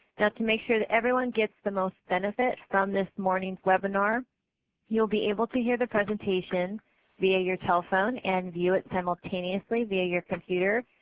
to make sure that everyone gets the most benefit from this morningis webinar youill be able to hear the presentation via your telephone and view it simultaneously via your computer.